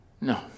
No